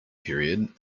period